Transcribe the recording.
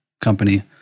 company